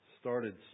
started